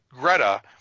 Greta